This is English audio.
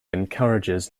encourages